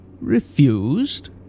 Refused